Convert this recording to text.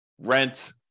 rent